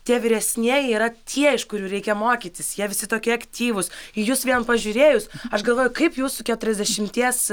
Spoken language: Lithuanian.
tie vyresnieji yra tie iš kurių reikia mokytis jie visi tokie aktyvūs į jus vien pažiūrėjus aš galvoju kaip jūsų keturiasdešimties